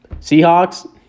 Seahawks